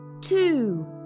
two